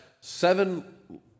seven